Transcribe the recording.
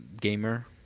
gamer